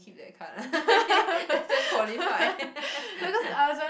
cute that kind ah lesson qualified